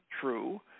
true